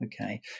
okay